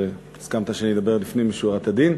תודה רבה שהסכמת שאני אדבר לפנים משורת הדין,